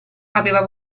aveva